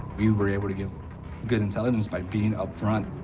we were able to give good intelligence by being up front,